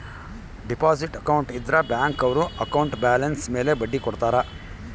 deposit account ಇದ್ರ bank ಅವ್ರು account balance ಮೇಲೆ ಬಡ್ಡಿ ಕೊಡ್ತಾರ